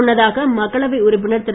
முன்னதாக மக்களவை உறுப்பினர் திரு